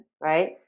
right